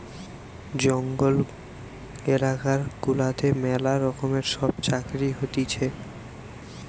জঙ্গল এলাকা গুলাতে ম্যালা রকমের সব চাকরি হতিছে